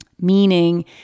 meaning